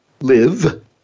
live